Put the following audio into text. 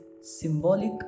symbolic